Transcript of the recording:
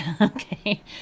Okay